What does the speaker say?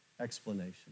explanation